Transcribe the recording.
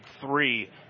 three